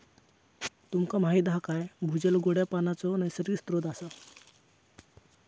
तुमका माहीत हा काय भूजल गोड्या पानाचो नैसर्गिक स्त्रोत असा